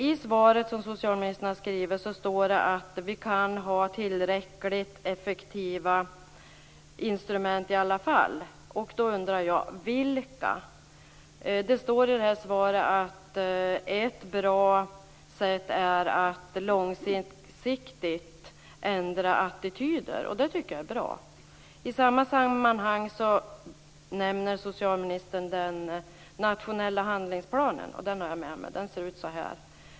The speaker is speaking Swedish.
Av socialministerns svar framgår att det går att ha tillräckligt effektiva instrument i alla fall. Vilka? Socialministern svarar att ett bra sätt är att långsiktigt ändra attityder. Det är bra. I samma sammanhang nämner socialministern den nationella handlingsplanen. Den har jag med mig här.